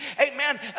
amen